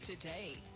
today